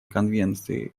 конвенции